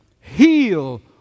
heal